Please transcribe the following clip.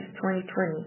2020